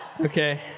okay